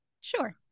Sure